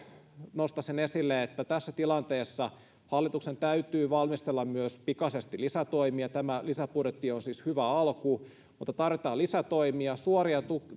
esille sen että tässä tilanteessa hallituksen täytyy valmistella myös pikaisesti lisätoimia tämä lisäbudjetti on siis hyvä alku mutta tarvitaan lisätoimia suoria